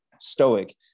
stoic